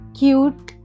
cute